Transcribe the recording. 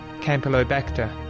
Campylobacter